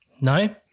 No